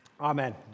Amen